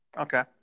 Okay